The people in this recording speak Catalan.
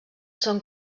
són